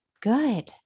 Good